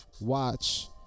Watch